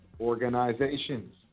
Organizations